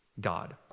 God